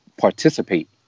participate